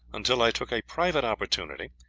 until i took a private opportunity,